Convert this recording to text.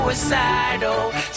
Suicidal